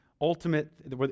ultimate